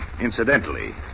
Incidentally